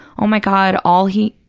oh, my god, all he,